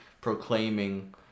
proclaiming